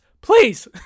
Please